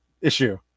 issue